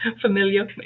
familiar